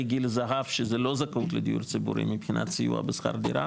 גיל הזהב שזה לא זכאות לדיור ציבורי מבחינת סיוע בשכר דירה,